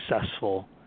successful